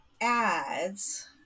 adds